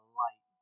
light